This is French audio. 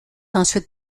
ensuite